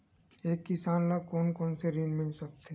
एक किसान ल कोन कोन से ऋण मिल सकथे?